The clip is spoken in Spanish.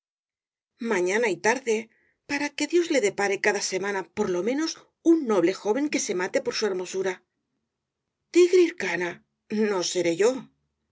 mañana y tarde para que dios le depare cada semana por lo menos un noble joven que se mate por su hermosura tigre hircana no seré yo